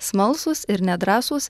smalsūs ir nedrąsūs